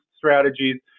strategies